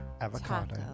avocado